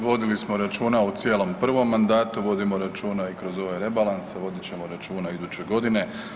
Vodili smo računa u cijelom prvom mandatu, vodimo računa i kroz ove rebalanse, vodit ćemo računa i iduće godine.